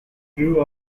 grew